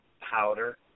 powder